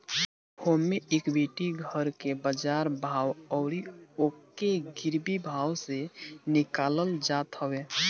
होमे equity घर के बाजार भाव अउरी ओके गिरवी भाव से निकालल जात हवे